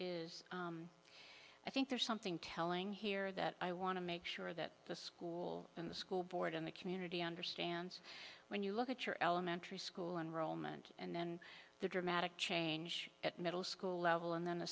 is i think there's something telling here that i want to make sure that the school and the school board and the community understands when you look at your elementary school enrollment and the dramatic change at middle school level and then a